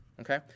Okay